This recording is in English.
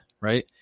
right